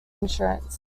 insurance